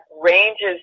ranges